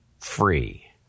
free